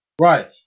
Right